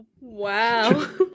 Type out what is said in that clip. Wow